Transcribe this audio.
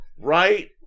Right